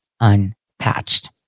unpatched